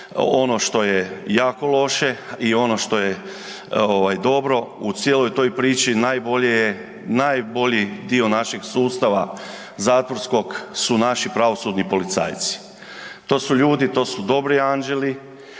Ono što je jako loše i ono što je ovaj dobro, u cijeloj toj priči najbolje je, najbolji dio našeg sustava zatvorskog su naši pravosudni policajci. To su ljudi, to su dobri anđeli